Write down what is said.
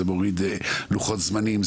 זה מוריד לוחות זמנים.